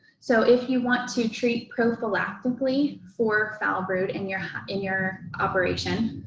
so if you want to treat prophalactively for foulbrood in your in your operation,